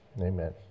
Amen